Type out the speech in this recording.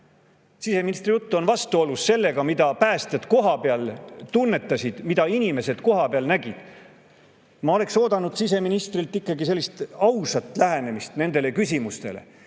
Siseministri jutt on vastuolus sellega, mida päästjad kohapeal tunnetasid, mida inimesed kohapeal nägid. Ma oleksin oodanud siseministrilt ikkagi ausat lähenemist nii siin saalis